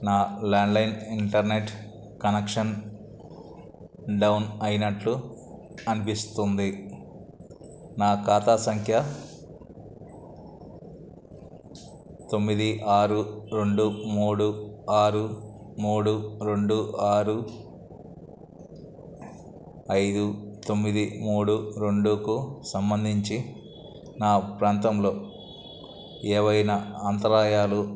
నా landline internet connection down అయినట్లు అనిపిస్తుంది నా ఖాతా సంఖ్య తొమ్మిది ఆరు రెండు మూడు ఆరు మూడు రెండు ఆరు ఐదు తొమ్మిది మూడు రెండుకు సంబంధించి నా ప్రాంతంలో ఏవైనా అంతరాయాలు లేదా